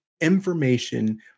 information